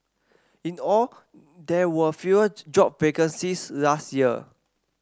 in the all there were fewer job vacancies last year